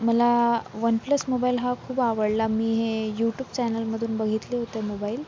मला OnePlus mobile हा खूप आवडला मी हे यूट्यूब चॅनेलमधून बघितले होते मोबाइल